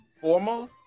formal